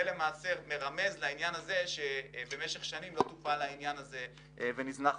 זה מרמז לעניין שבמשך שנים העניין נזנח.